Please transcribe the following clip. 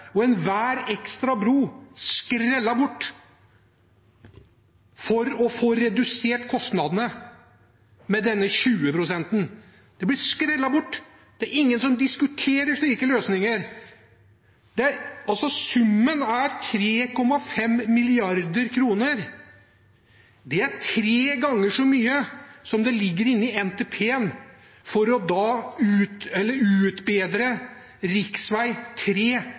og enhver ekstra bro skrelt bort for å få redusert kostnadene med denne 20-prosenten. De blir skrelt bort, det er ingen som diskuterer slike løsninger. Summen er 3,5 mrd. kr. Det er tre ganger så mye som det ligger inne i NTP-en for å utbedre rv. 3 fra Tynset til Elverum, eller